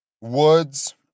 Woods